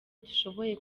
dushoboye